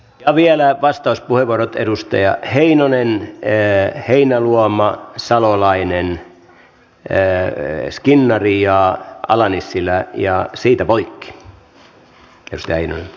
ja vielä vastauspuheenvuorot edustajat heinonen heinäluoma salolainen skinnari ja ala nissilä ja siitä poikki